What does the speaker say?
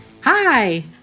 Hi